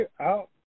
out